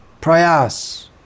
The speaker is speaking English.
Prayas